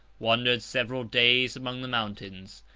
wandered several days among the mountains.